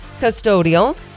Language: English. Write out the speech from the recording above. custodial